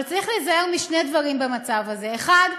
אבל צריך להיזהר משני דברים במצב הזה: אחד,